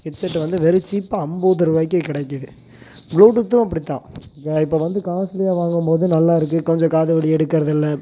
headset வந்து வெறும் சீப்பாக ஐம்பது ரூபாக்கே கிடைக்கிது ப்ளூடூத்தும் அப்படிதான் இப்போ வந்து காஸ்ட்லியாக வாங்கும்போது நல்லா இருக்குது கொஞ்சம் காது வலி எடுக்கிறது இல்லை